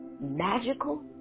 magical